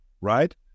right